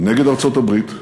נגד ארצות-הברית,